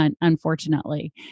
unfortunately